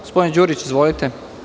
Gospodin Đurić, izvolite.